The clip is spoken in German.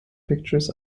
pictures